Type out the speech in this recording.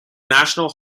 national